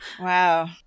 Wow